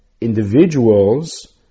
individuals